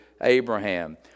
Abraham